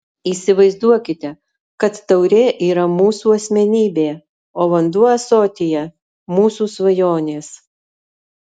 įsivaizduokite kad taurė yra mūsų asmenybė o vanduo ąsotyje mūsų svajonės